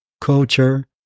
culture